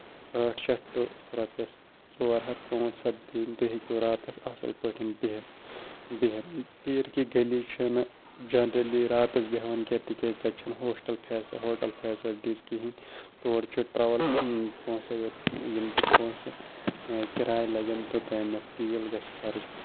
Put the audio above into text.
ٲٹھ شیٚتھ ٹوٚ رۄپِیَس ژور ہَتھ پانٛژھ ہَتھ دِنۍ تُہۍ ہٮ۪کِو راتَس اَصٕل پٲٹھۍ بِہِتھ بِہتھ پیٖر کی گٔلی چھِنہٕ جٔنرٔلی راتَس بیٚہوان کیٚنہہ تِکیازِ تَتہِ چھےٚ نہٕ ہوسٹل ہوٹَل فیسَلٹیز کِہینۍ تور چھُ ٹریوٕل پونسٕے یوت یِم تہِ پونسہٕ یا کِراے لَگن توٚتامتھ تیٖل گژھِ خرٕچ